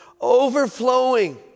Overflowing